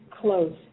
close